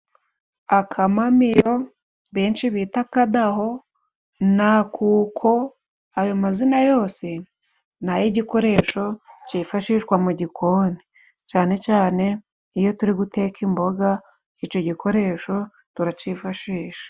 Akamamiyo benshi bita kadaho naku kuko ayo mazina yose, nay'igikoresho cifashishwa mugikoni cane cane iyo turi guteka imbog,a ico gikoresho turacyifashisha.